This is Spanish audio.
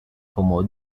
como